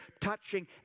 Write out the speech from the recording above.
touching